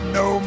no